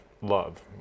love